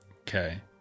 Okay